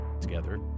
together